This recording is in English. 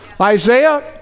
Isaiah